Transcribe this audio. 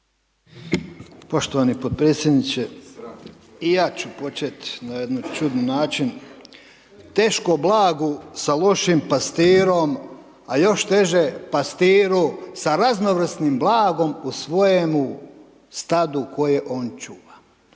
Poštovani podpredsjedniče. I ja ću počet na jedan čudan način, teško blagu sa lošim pastirom, a još teže pastiru sa raznovrsnim blagom u svojemu stadu koje on čuva.